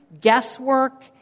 guesswork